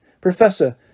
Professor